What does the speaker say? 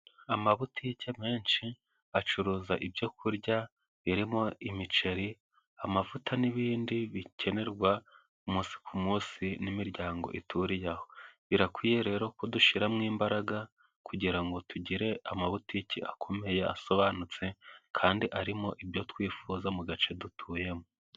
Amabutike menshi acuruza ibyo kurya birimo: imiceri ,amavuta n'ibindi bikenerwa umunsi ku munsi n'imiryango ituriye aho. Birakwiye rero ko dushyiramo imbaraga, kugira ngo tugire amabutiki akomeye asobanutse, kandi arimo ibyo twifuza mu gace dutuyemo.